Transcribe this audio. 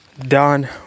done